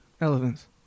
elephants